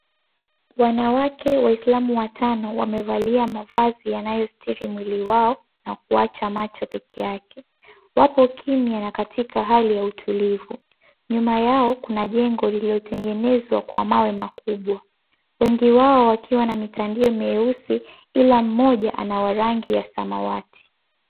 Wanawake waislamu watano, wamevalia mavazi yanayositiri mwili wao na kuacha macho pekee yake. Wapo kimya na katika hali ya utulivu. Nyuma yao kuna jengo iliyotengenezwa kwa mawe makubwa. Wengi wao wakiwa na mitandio mieusi ila mmoja ana wa rangi ya samawati.